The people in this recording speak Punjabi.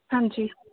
ਹਾਂਜੀ